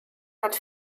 hat